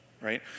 right